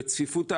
בצפיפות העמודים,